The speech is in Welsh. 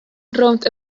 rownd